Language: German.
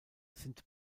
sind